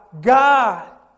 God